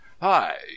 Hi